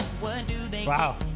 Wow